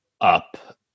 up